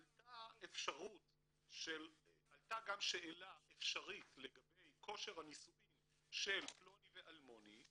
עלתה גם שאלה אפשרית לגבי כושר הנישואין של פלוני ואלמוני.